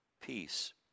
peace